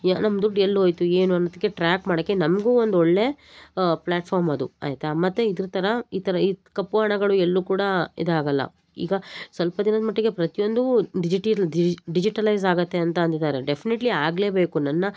ಯ ನಮ್ಮ ದುಡ್ಡು ಎಲ್ಲೋಯಿತು ಏನು ಅನ್ನೋದಕ್ಕೆ ಟ್ರ್ಯಾಪ್ ಮಾಡೋಕ್ಕೆ ನಮಗೂ ಒಂದು ಒಳ್ಳೆ ಪ್ಲ್ಯಾಟ್ಫಾಮ್ ಅದು ಆಯಿತಾ ಮತ್ತು ಇದ್ರ ಥರ ಈ ಥರ ಈ ಕಪ್ಪು ಹಣಗಳು ಎಲ್ಲೂ ಕೂಡಾ ಇದಾಗೋಲ್ಲ ಈಗ ಸ್ವಲ್ಪ ದಿನದ ಮಟ್ಟಿಗೆ ಪ್ರತಿಯೊಂದೂ ಡಿಜಿಟಿಲ್ ಡಿಜಿಟಲೈಜ್ ಆಗುತ್ತೆ ಅಂತ ಅಂದಿದ್ದಾರೆ ಡೆಫ್ನೆಟ್ಲಿ ಆಗಲೇಬೇಕು ನನ್ನ